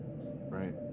Right